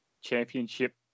Championship